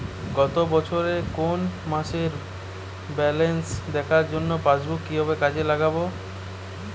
গত বছরের কোনো মাসের ব্যালেন্স দেখার জন্য পাসবুক কীভাবে কাজে লাগাব?